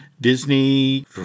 Disney